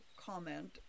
comment